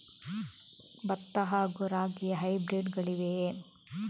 ಭತ್ತ ಹಾಗೂ ರಾಗಿಯ ಹೈಬ್ರಿಡ್ ಗಳಿವೆಯೇ?